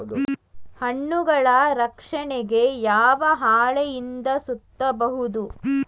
ಹಣ್ಣುಗಳ ರಕ್ಷಣೆಗೆ ಯಾವ ಹಾಳೆಯಿಂದ ಸುತ್ತಬಹುದು?